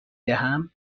دهم